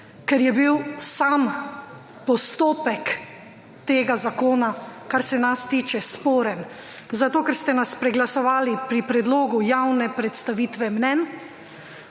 ker je bil sam postopek tega zakona, kar se nas tiče sporen, zato, ker ste nas preglasovali pri predlogu javne predstavitve mnenj,